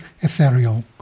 Ethereal